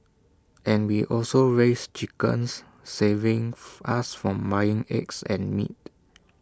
and we also raise chickens saving us from buying eggs and meat